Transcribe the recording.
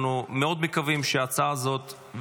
אנחנו מאוד מקווים שההצעה הזאת,